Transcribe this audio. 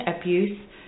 abuse